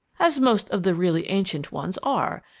as most of the really ancient ones are,